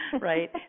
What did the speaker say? right